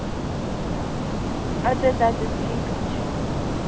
اَدٕ حظ اَدٕ حظ ٹھیٖک حظ چھُ